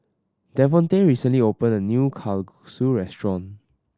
Devontae recently opened a new Kalguksu restaurant